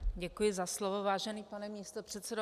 Děkuji za slovo, vážený pane místopředsedo.